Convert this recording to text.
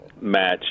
match